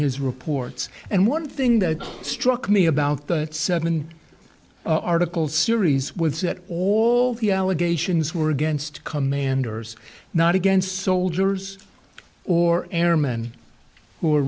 his reports and one thing that struck me about that seven article series with that all the allegations were against commanders not against soldiers or airmen who are